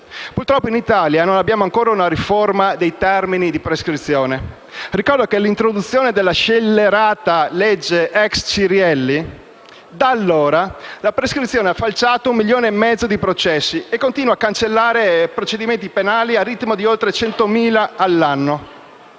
Purtroppo in Italia non abbiamo ancora una riforma dei termini di prescrizione. Ricordo che dall'introduzione della scellerata legge ex Cirielli, la prescrizione ha falciato un milione e mezzo di processi e continua a cancellare procedimenti penali al ritmo di oltre centomila all'anno.